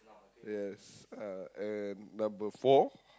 yes uh and number four